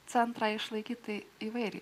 centrą išlaikyti tai įvairiai